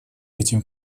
этим